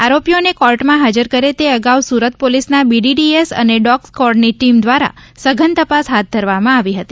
આરોપીઓને કોર્ટમાં હાજર કરે તે અગાઉ સુરત પોલીસના બીડીડીએસ અને ડોગ સ્ક્વોડ ની ટિમ દ્વારા સઘન તપાસ હાથ ધરવામાં આવી છે